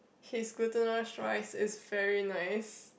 his glutinous rice is very nice